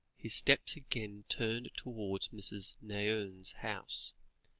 his steps again turned towards mrs. nairne's house,